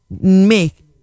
make